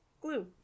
glue